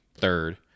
third